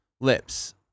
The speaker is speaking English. lips